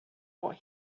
what